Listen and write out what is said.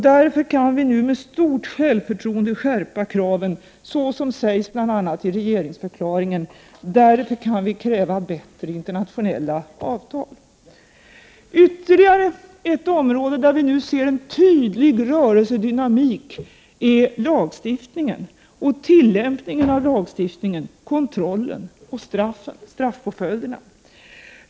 Därför kan vi med stort självförtroende skärpa kraven, såsom sägs bl.a. i regeringsförklaringen. Därför kan vi kräva bättre internationella avtal. Ytterligare ett område där vi nu ser en tydlig rörelsedynamik är lagstiftningen, tillämpningen av lagstiftningen, kontrollen och straffpåföljderna.